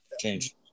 change